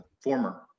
former